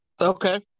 Okay